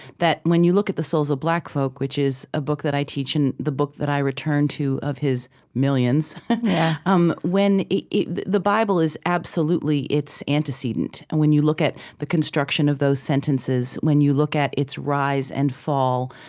that when you look at the souls of black folk which is a book that i teach and the book that i return to of his millions yeah um the the bible is absolutely its antecedent. and when you look at the construction of those sentences, when you look at its rise and fall,